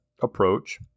approach